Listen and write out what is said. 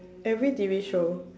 every T_V show